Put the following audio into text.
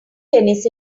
tennis